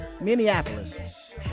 Minneapolis